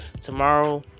tomorrow